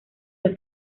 los